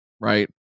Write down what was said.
Right